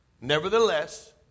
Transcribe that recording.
Nevertheless